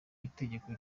itegeko